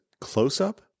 close-up